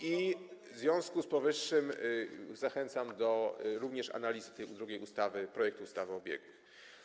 i związku z powyższym zachęcam również do analizy tej drugiej ustawy, projektu ustawy o biegłych.